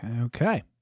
Okay